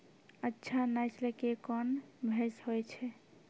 अच्छा नस्ल के कोन भैंस होय छै?